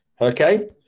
okay